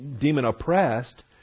demon-oppressed